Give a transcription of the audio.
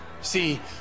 See